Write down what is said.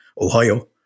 Ohio